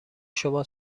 شما